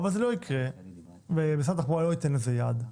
אבל זה לא יקרה ומשרד התחבורה לא ייתן לזה יד,